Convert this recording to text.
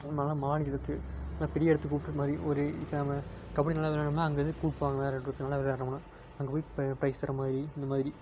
மா மாநிலத்து நல்ல பெரிய இடத்துக்கு கூப்பிடுற மாதிரி ஒரு இதானால் கபடி நல்லா விள்ளாண்டோம்னா அங்கே இது கூப்பிடுவாங்க வேறு இடத்துக்கு நல்லா விள்ளாடுறவங்கள அங்கே போய் ப்ரைஸு தர மாதிரி இந்த மாதிரி